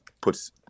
puts